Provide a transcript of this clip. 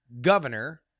governor